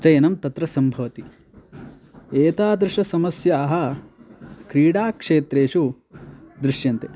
चयनं तत्र सम्भवति एतादृशसमस्याः क्रीडाक्षेत्रेषु दृश्यन्ते